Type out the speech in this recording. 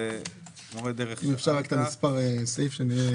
מה זה 370208